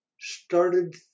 started